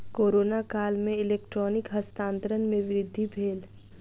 corona काल में electronic हस्तांतरण में वृद्धि भेल